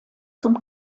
zum